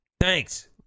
Thanks